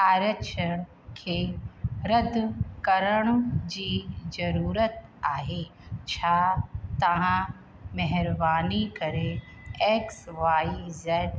आरक्षण खे रद करण जी ज़रूरत आहे छा तव्हां महिरबानी करे एक्स वाई ज़ेड